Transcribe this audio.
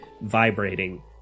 vibrating